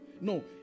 No